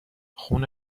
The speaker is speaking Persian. خون